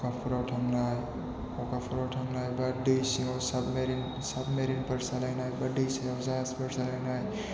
अखाफोराव थांनाय अखाफोराव थांनाय एबा दै सिङाव साबमेरिन सालायनाय बा दै सायाव जाहाजफोर सालायनाय